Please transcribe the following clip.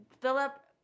Philip